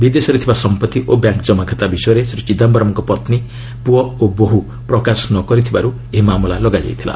ବିଦେଶରେ ଥିବା ସମ୍ପତ୍ତି ଓ ବ୍ୟାଙ୍କ ଜମାଖାତା ବିଷୟରେ ଶ୍ରୀ ଚିଦାୟରମ୍ଙ୍କ ପତ୍ନୀ ପୁଅ ଓ ବୋହ ୍ରକାଶ ନ କରିଥିବାରୁ ଏହି ମାମଲା ଲଗାଯାଇଥିଲା